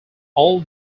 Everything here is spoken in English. all